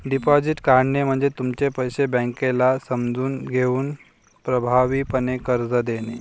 deposit काढणे म्हणजे तुमचे पैसे बँकेला समजून घेऊन प्रभावीपणे कर्ज देणे